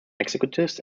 executives